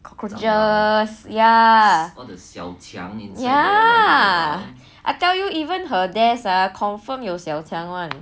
cockroaches ya ya I tell you even her desk ah confirm you 小强 [one]